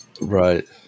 Right